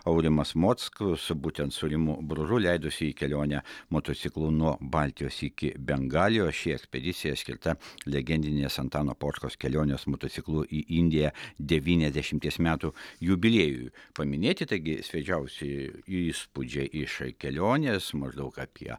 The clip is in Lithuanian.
aurimas mockus būtent su rimu bružu leidosi į kelionę motociklu nuo baltijos iki bengalijos ši ekspedicija skirta legendinės antano poškos kelionės motociklu į indiją devyniasdešimties metų jubiliejui paminėti taigi šviežiausi įspūdžiai iš kelionės maždaug apie